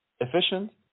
efficient